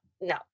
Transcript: no